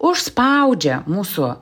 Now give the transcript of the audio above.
užspaudžia mūsų